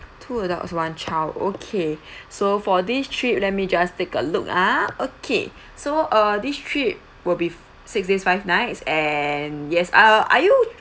two adults one child okay so for this trip let me just take a look ah okay so uh this trip will be six days five nights and yes uh are you